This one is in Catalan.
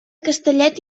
castellet